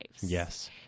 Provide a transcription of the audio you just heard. Yes